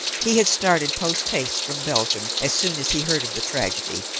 he had started post haste from belgium as soon as he heard of the tragedy,